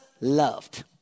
loved